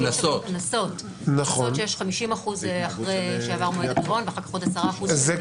בקנסות יש 50% אחרי שעבר מועד הפירעון ואחר כך עוד 10% שנתי,